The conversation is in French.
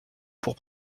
pour